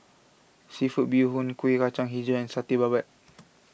Seafood Bee Hoon Kueh Kacang HiJau and Satay Babat